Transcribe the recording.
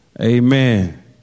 Amen